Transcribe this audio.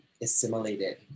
assimilated